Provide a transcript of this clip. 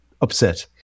upset